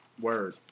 Word